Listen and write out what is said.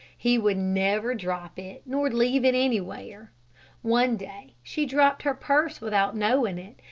he would never drop it nor leave it anywhere. one day, she dropped her purse without knowing it,